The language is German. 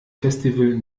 festival